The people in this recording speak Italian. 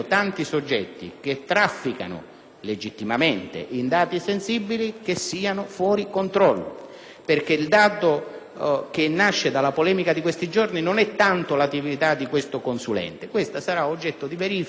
legittimamente in dati sensibili che siano fuori controllo. Infatti, il dato che emerge dalla polemica di questi giorni non riguarda tanto l'attività di questo consulente, che sarà oggetto di verifica da parte degli organi della magistratura; ciò